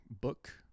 book